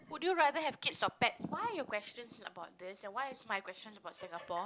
would you rather have kids or pets why are your question about this and why is my question about Singapore